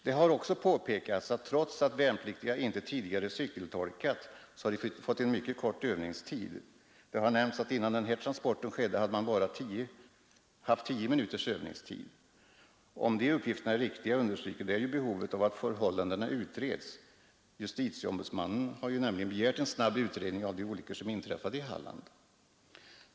Det har också påpekats att trots att värnpliktiga inte tidigare cykeltolkat, så har de fått mycket kort övningstid. Det har nämnts att innan den här transporten skedde hade man bara haft tio minuters övningstid. Om de uppgifterna är riktiga, understryker det behovet av att förhållandena utreds. Justitieombudsmannen har ju begärt en snabb utredning om de olyckor som inträffade i Halland.